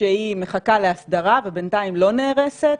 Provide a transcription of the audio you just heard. שמחכה להסדרה ובינתיים לא נהרסת,